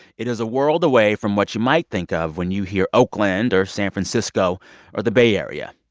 it is a world away from what you might think of when you hear oakland or san francisco or the bay area.